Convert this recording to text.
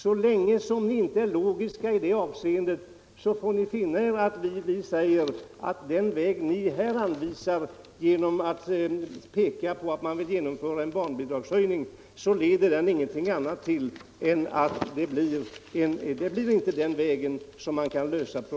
Så länge som ni inte är logiska i det avseendet får ni finna er i att vi säger att problemen inte kan lösas på den väg som ni anvisar.